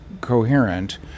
coherent